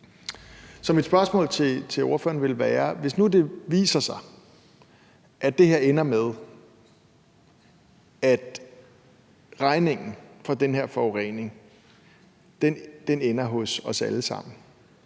Så mit spørgsmål til ordføreren vil være: Hvis nu det viser sig, at det her ender med, at regningen for den her forurening ender hos os alle sammen